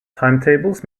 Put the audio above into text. timetables